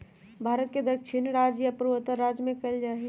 भारत के दक्षिणी राज्य आ पूर्वोत्तर राज्य में कएल जाइ छइ